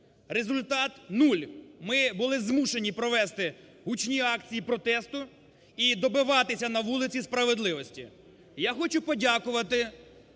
Результат – нуль. Ми були змушені провести гучні акції протесту і добиватися на вулиці справедливості. Я хочу подякувати